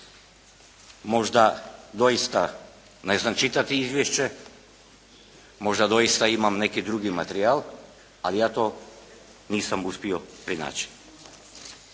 Možda doista ne znam čitati izvješće, možda doista imam neki drugi materijal ali ja to nisam uspio pronaći.